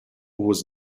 was